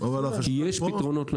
כי יש פתרונות לעניין.